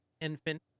infant